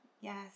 Yes